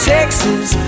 Texas